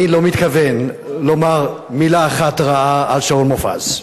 אני לא מתכוון לומר מלה אחת רעה על שאול מופז.